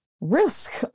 risk